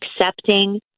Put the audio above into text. accepting